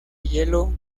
hielo